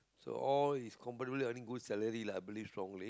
so all is completely earning salary lah I believe strongly